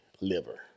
liver